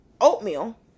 Oatmeal